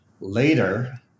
later